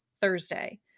Thursday